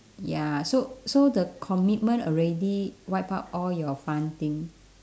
ya so so the commitment already wipe out all your fun thing